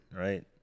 right